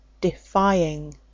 defying